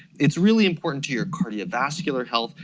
it's really important to your cardiovascular health,